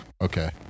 Okay